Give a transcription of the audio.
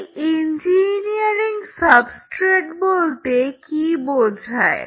এই engineering substrate বলতে কী বোঝায়